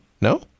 no